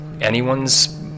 anyone's